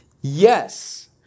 Yes